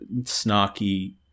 snarky